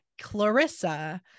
Clarissa